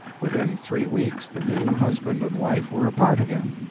within three weeks the new husband and wife were apart again,